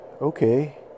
okay